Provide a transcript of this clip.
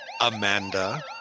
amanda